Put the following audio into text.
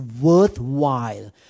worthwhile